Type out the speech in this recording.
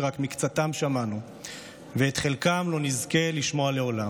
שרק את מקצתם שמענו ואת חלקם לא נזכה לשמוע לעולם,